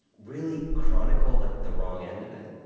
really chronicle like the wrong end of it.